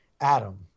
Adam